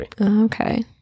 okay